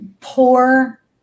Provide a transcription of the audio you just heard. poor